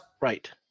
Right